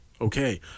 okay